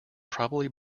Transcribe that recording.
probably